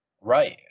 Right